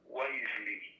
wisely